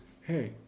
hey